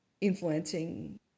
influencing